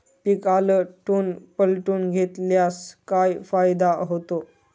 पीक आलटून पालटून घेतल्यास काय फायदा होतो?